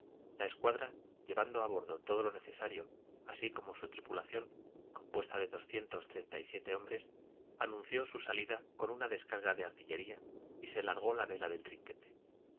la escuadra llevando a bordo todo lo necesario así como su tripulación compuesta de doscientos treinta y siete hombres anunció su salida con una descarga de artillería y se largó la vela de trinquete